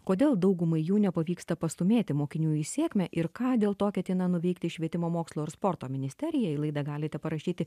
kodėl daugumai jų nepavyksta pastūmėti mokinių į sėkmę ir ką dėl to ketina nuveikti švietimo mokslo ir sporto ministerija į laidą galite parašyti